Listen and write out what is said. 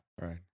right